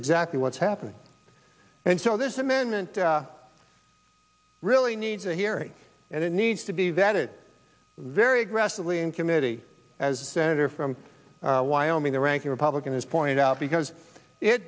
exactly what's happening and so this amendment really needs a hearing and it needs to be that it very aggressively in committee as senator from wyoming the ranking republican has pointed out because it